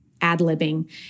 ad-libbing